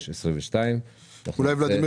20-236-22. אני רוצה התייעצות.